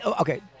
Okay